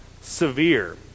severe